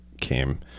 came